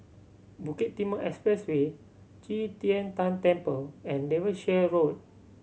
Bukit Timah Expressway Qi Tian Tan Temple and Devonshire Road